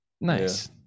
nice